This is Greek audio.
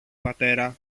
πατέρα